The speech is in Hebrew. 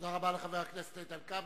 תודה רבה לחבר הכנסת כבל.